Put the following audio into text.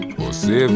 você